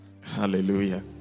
Hallelujah